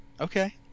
okay